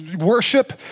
worship